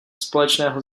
společného